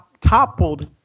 toppled